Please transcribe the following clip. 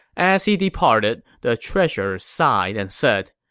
as he departed, the treasurer sighed and said,